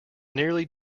nearly